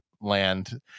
land